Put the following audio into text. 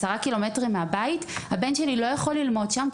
10 ק"מ מהבית הבן שלי לא יכול ללמוד שם,